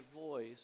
voice